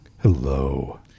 Hello